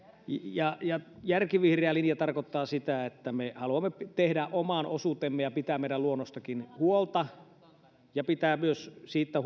ja ja järkivihreä linja tarkoittaa sitä että me haluamme tehdä oman osuutemme ja pitää meidän luonnostammekin huolta ja pitää myös siitä